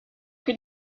que